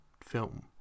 film